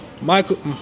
Michael